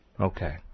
okay